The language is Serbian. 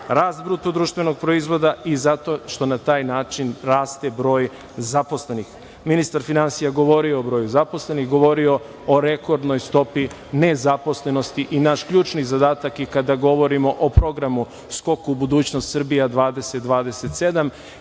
način podstiče rast BDP i zato što na taj način raste broj zaposlenih. Ministar finansija je govorio o broju zaposlenih, govorio je o rekordnoj stopi nezaposlenosti i naš kljuni zadatak i kada govorimo o Programu „Skok u budućnost“ Srbija 2027